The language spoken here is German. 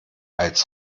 als